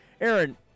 Aaron